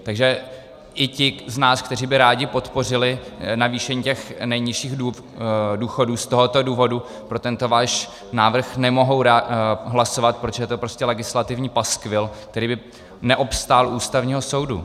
Takže i ti z nás, kteří by rádi podpořili navýšení nejnižších důchodů, z tohoto důvodu pro tento váš návrh nemohou hlasovat, protože je to prostě legislativní paskvil, který by neobstál u Ústavního soudu.